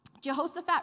Jehoshaphat